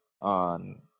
on